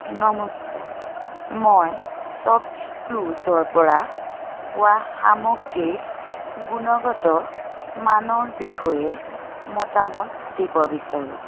নমস্কাৰ মই শ্বপক্লুজৰপৰা পোৱা সামগ্ৰীৰ গুণগত মানৰ বিষয়ে মতামত দিব বিচাৰোঁ